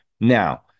Now